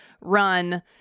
run